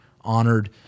honored